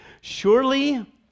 surely